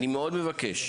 אני מאוד מבקש.